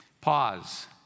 Pause